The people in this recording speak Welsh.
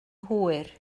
hwyr